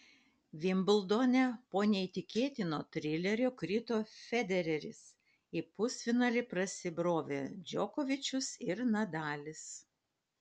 vimbldone po neįtikėtino trilerio krito federeris į pusfinalį prasibrovė džokovičius ir nadalis